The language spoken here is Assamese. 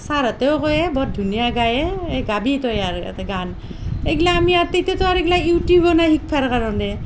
চাৰহঁতেও কয় এ বৰ ধুনীয়া গাইয়ে গাবি তই আৰু ইয়াতে গান এগিলা আমি তেতিয়াতো আৰু এগিলা ইউটিউবো নাই শিকবাৰ কাৰণে